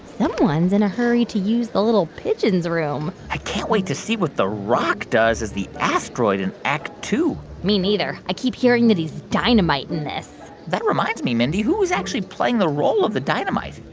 someone's in a hurry to use the little pigeon's room i can't wait to see what the rock does as the asteroid in act two point me neither. i keep hearing that he's dynamite in this that reminds me, mindy. who is actually playing the role of the dynamite?